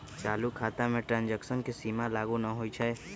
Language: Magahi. चालू खता में ट्रांजैक्शन के सीमा लागू न होइ छै